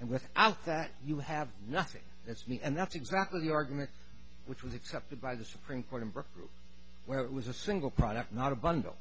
and without that you have nothing that's me and that's exactly the argument which was accepted by the supreme court in brooklyn where it was a single product not a bundle